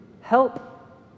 help